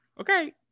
Okay